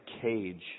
cage